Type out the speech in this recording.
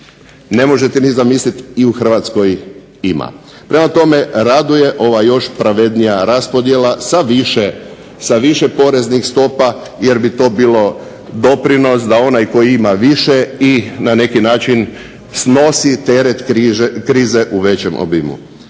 ne možete ni zamisliti i u Hrvatskoj ima. Prema tome, raduje ova još pravednija raspodjela sa više poreznih stopa jer bi to bilo doprinos da onaj tko ima više i na neki način snosi teret krize u većem obimu.